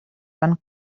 van